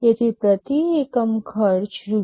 તેથી પ્રતિ એકમ ખર્ચ રૂ